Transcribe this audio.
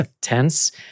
tense